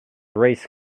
race